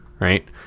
right